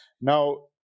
Now